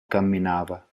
camminava